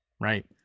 right